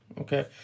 Okay